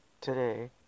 today